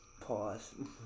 Pause